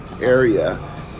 area